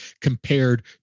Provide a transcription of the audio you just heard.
compared